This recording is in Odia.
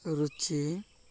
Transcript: ରୁଚି